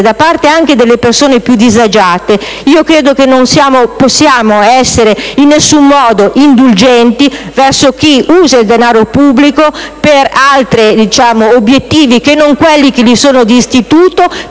da parte delle persone più disagiate, io credo che non possiamo essere in nessun modo indulgenti verso chi usa il denaro pubblico per altri obiettivi che non quelli propri e per chi lo